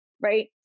right